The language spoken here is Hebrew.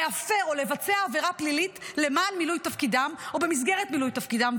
להפר או לבצע עבירה פלילית למען מילוי תפקידם או במסגרת מילוי תפקידם.